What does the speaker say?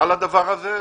על הדבר הזה.